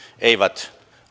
eivät